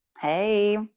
Hey